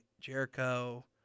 Jericho